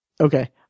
okay